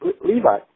Levi